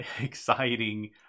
exciting